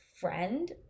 friend